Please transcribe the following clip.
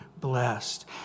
blessed